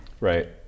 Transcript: Right